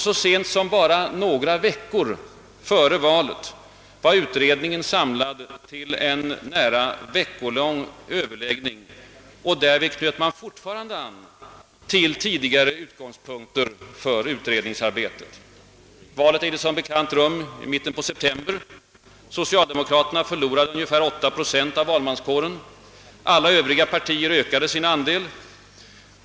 Så sent som några veckor före valet var utredningen samlad till en nära veckolång överläggning, och därvid knöt man fortfarande an till tidigare utgångspunkter för utredningsarbetet. Valet ägde som bekant rum i mitten på september. Socialdemokraterna förlorade ungefär 8 procent av valmanskåren — alla övriga partier ökade sin andel.